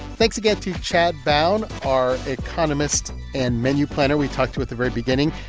thanks again to chad bown, our economist and menu planner we talked to at the very beginning.